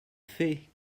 fait